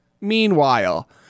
meanwhile